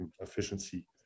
efficiency